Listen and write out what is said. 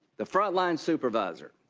the front line supervisor.